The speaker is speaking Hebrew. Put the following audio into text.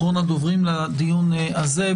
אחרון הדוברים לדיון הזה,